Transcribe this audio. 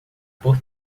por